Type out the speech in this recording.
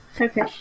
Okay